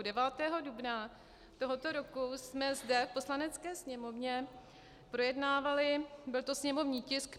Devátého dubna tohoto roku jsme zde v Poslanecké sněmovně projednávali, byl to sněmovní tisk 530.